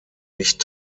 nicht